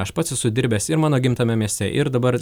aš pats esu dirbęs ir mano gimtame mieste ir dabar